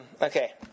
Okay